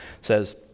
says